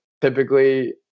typically